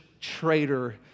traitor